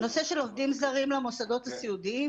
נושא של עובדים זרים למוסדות הסיעודיים